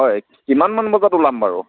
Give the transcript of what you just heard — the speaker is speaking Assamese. হয় কিমান মান বজাত ওলাম বাৰু